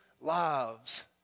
lives